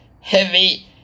heavy